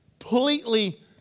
Completely